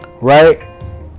right